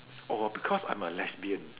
oh because I'm a lesbian